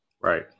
right